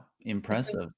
Impressive